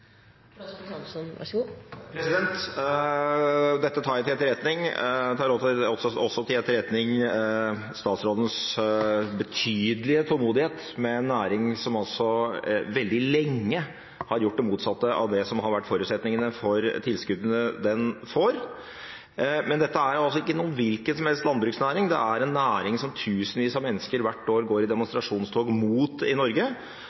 Dette tar jeg til etterretning. Jeg tar også til etterretning statsrådens betydelige tålmodighet med en næring som veldig lenge har gjort det motsatte av det som har vært forutsetningene for tilskuddene den får. Men dette er ikke hvilken som helst landbruksnæring. Det er en næring som tusenvis av mennesker hvert år går i demonstrasjonstog mot i Norge,